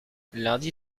lundi